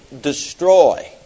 destroy